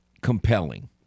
compelling